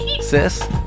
sis